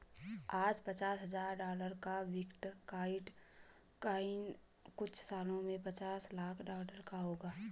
आज पचास हजार डॉलर का बिटकॉइन कुछ सालों में पांच लाख डॉलर का होगा